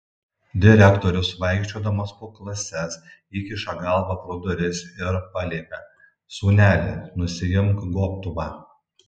direktorius vaikščiodamas po klases įkiša galvą pro duris ir paliepia sūneli nusiimk gobtuvą